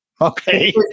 Okay